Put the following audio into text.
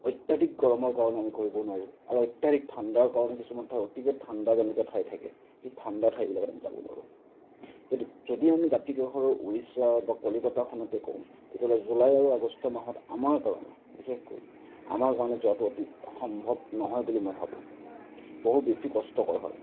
অত্যাধিক গৰমৰ কাৰণে আমি সহিব নোৱাৰোঁ আৰু অত্যাধিক ঠাণ্ডাৰ কাৰণে কিছুমান ঠাই অতিকৈ ঠাণ্ডাজনিত ঠাই থাকে সেই ঠাণ্ডা ঠাইবিলাকত আমি যাব নোৱাৰোঁ যদি যদি আমি দাঁতি কাষৰ উৰিষ্যা বা কলিকতাখনতেই কওঁ তেতিয়াহ'লে জুলাই আৰু আগষ্ট মাহত আমাৰ কাৰণে বিশেষকৈ আমাৰ কাৰণে যোৱাটো অতি সম্ভৱ নহয় বুলি মই ভাবোঁ বহু বেছি কষ্টকৰ হয়